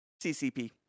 CCP